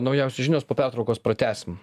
naujausios žinios po pertraukos pratęsim